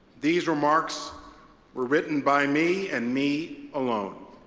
these remarks were written by me and me alone.